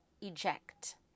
Eject